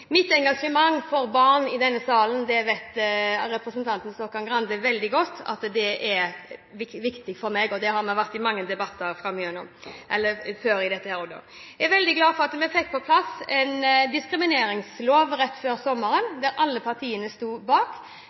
mitt engasjement for barn i denne salen, vet representanten Grande veldig godt at det er viktig for meg, og det har vi vært i mange debatter om før. Jeg er veldig glad for at vi fikk på plass en diskrimineringslov rett før sommeren som alle partiene sto bak.